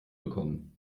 bekommen